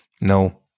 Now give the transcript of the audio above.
No